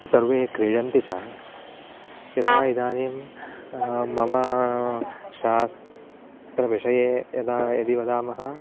सर्वे क्रीडन्ति च यथा इदानीं मम शास्त्रविषये यदा यदि वदामः